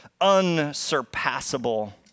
unsurpassable